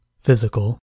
physical